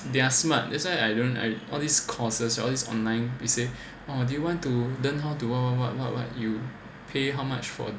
they are smart that's why I don't I all these courses all these online they say oh do you want to learn how to what what what you pay how much for